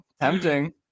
tempting